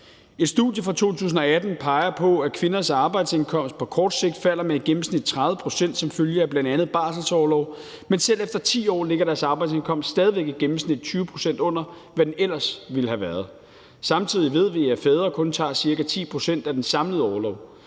Et studie fra 2018 peger på, at kvinders arbejdsindkomst på kort sigt falder med i gennemsnit 30 pct. som følge af bl.a. barselsorlov; men selv efter 10 år ligger deres arbejdsindkomst stadig væk i gennemsnit 20 pct. under, hvad den ellers ville have været. Samtidig ved vi, at fædre kun tager ca. 10 pct. af den samlede orlov.